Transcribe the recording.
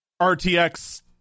RTX